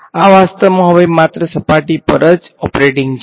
આ વાસ્તવમાં હવે માત્ર સપાટી પર ઓપરેટીંગ છે